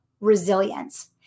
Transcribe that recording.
resilience